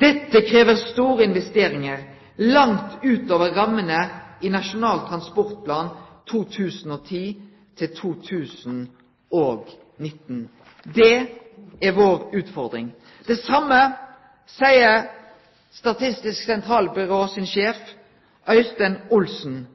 Dette krever store investeringer, langt utover rammene i NTP 2010-2019.» Det er vår utfordring. Det same seier sjefen i Statistisk sentralbyrå, Øystein Olsen,